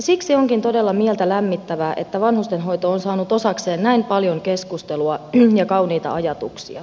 siksi onkin todella mieltä lämmittävää että vanhustenhoito on saanut osakseen näin paljon keskustelua ja kauniita ajatuksia